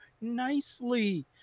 nicely